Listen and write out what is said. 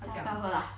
叫他不要喝 lah